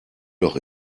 doch